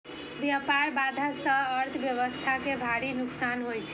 व्यापार बाधा सं अर्थव्यवस्था कें भारी नुकसान होइ छै